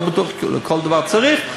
לא בטוח שבכל דבר צריך,